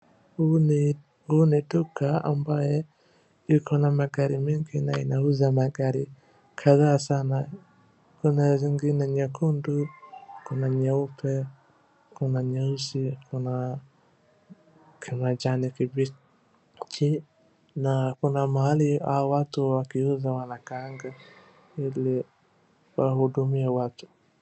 Huu ni duka ambaye iko na magari mengi na inauza magari kadhaa sana, kuna zingine nyekundu, kuna nyeupe, kuna nyeusi, kuna kijani kibichi na kuna mahali hawa watu wakiuza wanakaanga ili wahudumie watu.